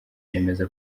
yemeza